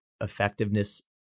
effectiveness